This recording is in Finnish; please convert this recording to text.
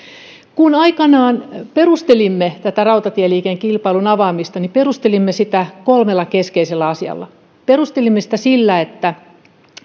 kun aikanaan perustelimme tätä rautatieliikenteen kilpailun avaamista niin perustelimme sitä kolmella keskeisellä asialla ensimmäiseksi perustelimme sitä sillä että